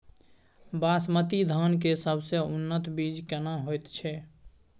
बासमती धान के सबसे उन्नत बीज केना होयत छै?